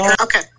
Okay